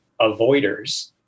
avoiders